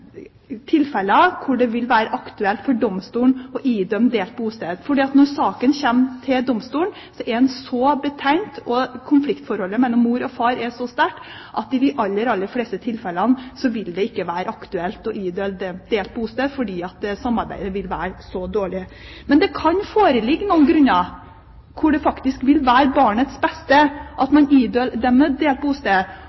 vil være aktuelt for domstolene å idømme delt bosted, for når saken kommer til domstolen, er den så betent og konfliktforholdet mellom mor og far er så sterkt at i de aller fleste tilfellene vil det ikke være aktuelt å idømme delt bosted fordi samarbeidet vil være så dårlig. Men det kan foreligge noen grunner til at det faktisk vil være til barnets beste at